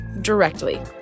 directly